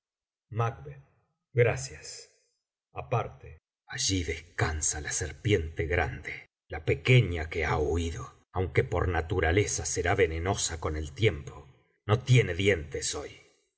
gracias aparte allí descansa la serpiente grande la pequeña que ha huido aunque por naturaleza será venenosa con el tiempo no tiene dientes hoy